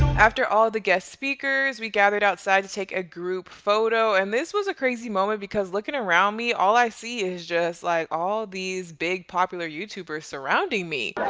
after all the guest speakers we gathered outside to take a group photo and this was a crazy moment because looking around me all i see is just like all these, big popular youtubers surrounding me.